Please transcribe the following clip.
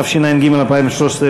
התשע"ג 2013,